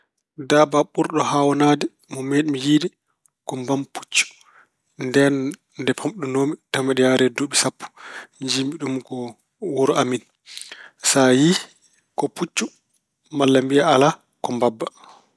Daabaa ɓurɗo haawnaade mo meeɗmi yiyde ko mbam-puccu. Ndeen no pamɗunoomi, tawa mbeɗa yahree duuɓi sappo njiɗmi ɗum ko wuro amin. Sa yiyi ko puccu malla mbiya alaa ko mbabba.